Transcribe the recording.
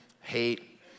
hate